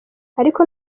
ariko